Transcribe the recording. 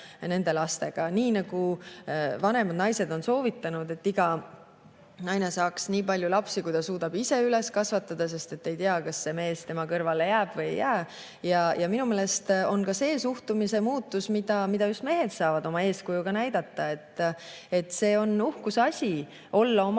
lastega. Vanemad naised on soovitanud, et iga naine saaks nii palju lapsi, kui ta suudab ise üles kasvatada, sest ei tea, kas mees tema kõrvale jääb või ei jää. Minu meelest on see suhtumise muutus, mida just mehed saavad oma eeskujuga näidata, et see on uhkuseasi olla oma